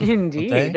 Indeed